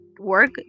work